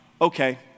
okay